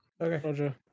Okay